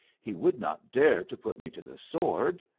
he would not dare to put me to the sword.